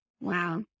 Wow